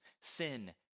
sin